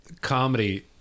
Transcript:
comedy